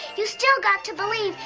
you still got to believe.